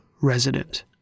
resident